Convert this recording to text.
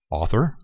author